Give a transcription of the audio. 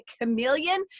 chameleon